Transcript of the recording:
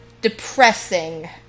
depressing